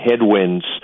headwinds